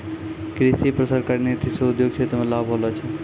कृषि पर सरकारी नीति से उद्योग क्षेत्र मे लाभ होलो छै